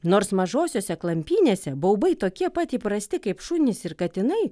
nors mažosiose klampynėse baubai tokie pat įprasti kaip šunys ir katinai